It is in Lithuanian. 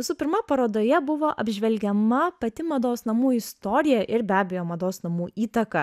visų pirma parodoje buvo apžvelgiama pati mados namų istorija ir be abejo mados namų įtaka